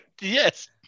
Yes